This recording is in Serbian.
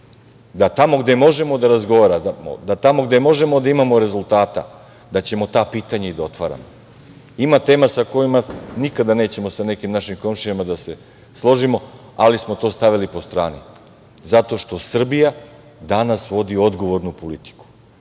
da tamo gde možemo da razgovaramo, da tamo gde možemo da imamo rezultata, da ćemo ta pitanja i da otvaramo. Ima tema oko kojih nikada nećemo sa nekim našim komšijama da se složimo, ali smo to stavili po strani, zato što Srbija danas vodi odgovornu politiku,